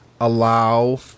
allow